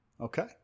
Okay